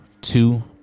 two